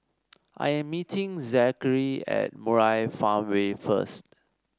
I am meeting Zachery at Murai Farmway first